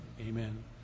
amen